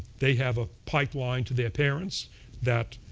they have a pipeline to their parents that